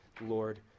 Lord